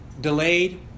delayed